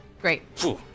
Great